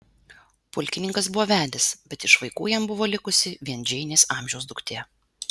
pulkininkas buvo vedęs bet iš vaikų jam buvo likusi vien džeinės amžiaus duktė